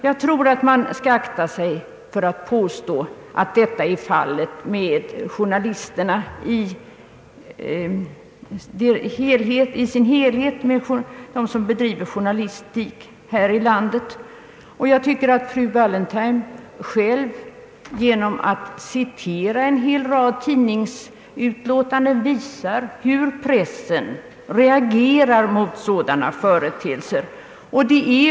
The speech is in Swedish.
Jag tror att man skall akta sig för att påstå att sådant skulle vara tillämpligt på journalisterna i sin helhet eller på flertalet av dem som bedriver journalistik här i landet. Fru Wallentheim har själv genom att citera en hel rad yttranden i tidningar visat hur pressen reagerar mot sådana företeelser.